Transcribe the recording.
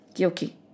Okay